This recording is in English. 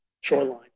shoreline